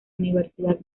universidad